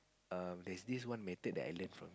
err there's this one method that I learnt from